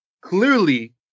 Clearly